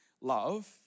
love